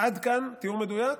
עד כאן תיאור מדויק